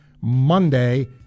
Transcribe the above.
Monday